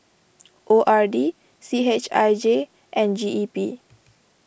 O R D C H I J and G E P